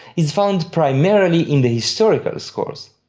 is found primarily in the historical scores,